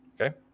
okay